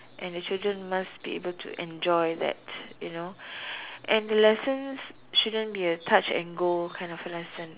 and the children must be able to enjoy that you know and lessons shouldn't be a touch and go kind of lesson